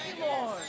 Lord